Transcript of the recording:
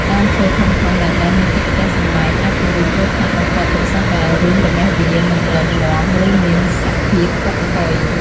ដើមឈើធំៗដែលដុះនៅជិតផ្ទះសម្បែងអាចជារឿងគ្រោះថ្នាក់បំផុតប្រសិនបើឫសរបស់វាមិនរឹងមាំ ឬមានសភាពពុកផុយ។